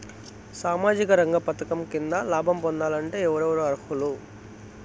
సామాజిక రంగ పథకం కింద లాభం పొందాలంటే ఎవరెవరు అర్హులు?